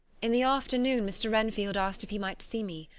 in the afternoon mr. renfield asked if he might see me.